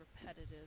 repetitive